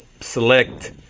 select